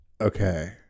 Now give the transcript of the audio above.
okay